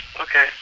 okay